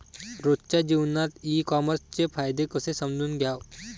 रोजच्या जीवनात ई कामर्सचे फायदे कसे समजून घ्याव?